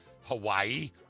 Hawaii